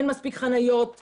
אין מספיק חניות,